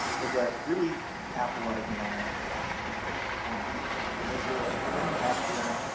was that really capitalizing on after-action reports was one key thing. so make sure that when you have an event,